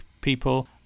people